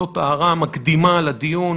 זאת הערה מקדימה לדיון.